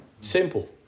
Simple